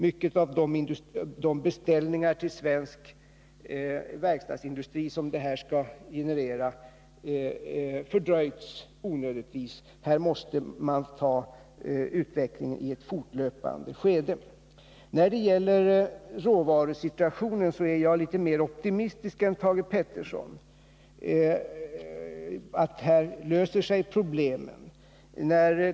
Många av de beställningar till svensk verkstadsindustri som detta i sin tur skall generera skulle onödigtvis ha fördröjts. Här måste man ta hänsyn till utvecklingen i ett fortlöpande skede. När det gäller råvarusituationen är jag litet mer optimistisk än Thage Peterson. Jag tror att problemen på det området kommer att lösa sig.